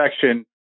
section